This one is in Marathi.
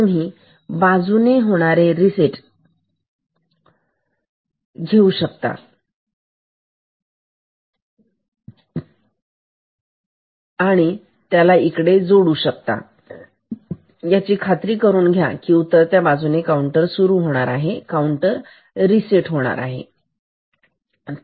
तर तुम्ही उतरत्या बाजूने होणारे रिसेट काऊंटर घेऊ शकता आणि त्याला इथे जोडू शकता आणि याची खात्री करून घ्यायची आहे की उतरत्या बाजूने काउंटर सुरू होणार आहे काऊंटर रिसेट होणार आहे ठीक